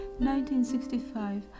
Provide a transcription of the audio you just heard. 1965